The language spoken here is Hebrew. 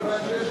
מכיוון שיש